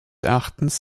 erachtens